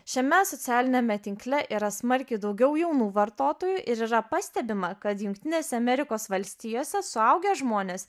šiame socialiniame tinkle yra smarkiai daugiau jaunų vartotojų ir yra pastebima kad jungtinėse amerikos valstijose suaugę žmonės